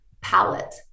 palette